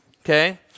Okay